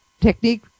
technique